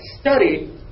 study